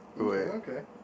Okay